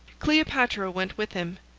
cleopatra went with him.